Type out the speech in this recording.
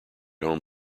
home